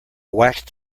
waxed